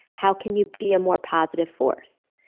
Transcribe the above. how can you be a more positive force?